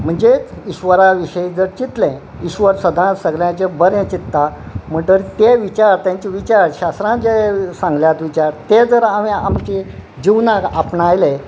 म्हणजेच इश्वरा विशीं जर चितले इश्वर सदांच सगळ्यांचे बरें चित्ता म्हणटार तेंचे विचार शास्त्रां जे सांगल्यात विचार ते जर हांवें आमची जिवनाक आपणायले